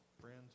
Friends